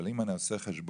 אבל אם אני עושה חשבון